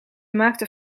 maakte